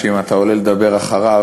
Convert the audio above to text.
שאם אתה עולה לדבר אחריו,